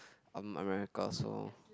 of America so